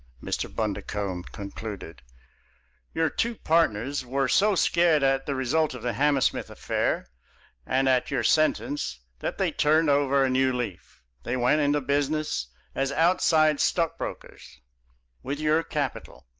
mr. bundercombe concluded your two partners were so scared at the result of the hammersmith affair and at your sentence that they turned over a new leaf. they went into business as outside stockbrokers with your capital.